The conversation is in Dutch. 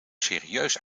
serieus